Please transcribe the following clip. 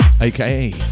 aka